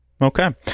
Okay